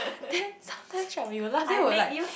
then sometimes right when we were laugh then we were like